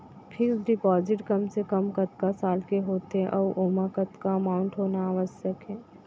Fix deposit कम से कम कतका साल के होथे ऊ ओमा कतका अमाउंट होना आवश्यक हे?